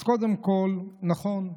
אז קודם כול, נכון,